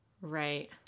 Right